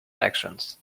actions